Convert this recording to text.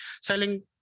selling